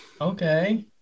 okay